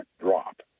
drop